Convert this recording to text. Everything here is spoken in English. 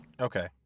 Okay